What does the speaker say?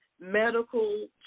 medical